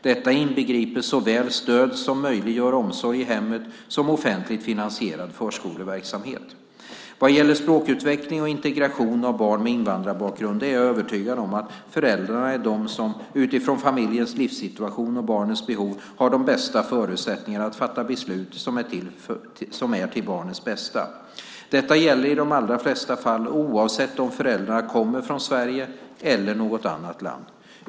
Detta inbegriper såväl stöd som möjliggör omsorg i hemmet som offentligt finansierad förskoleverksamhet. Vad gäller språkutveckling och integration av barn med invandrarbakgrund är jag övertygad om att föräldrarna är de som, utifrån familjens livssituation och barnets behov, har de bästa förutsättningarna att fatta beslut som är till barnets bästa. Detta gäller i de allra flesta fall och oavsett om föräldrarna kommer från Sverige eller något annat land.